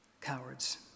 cowards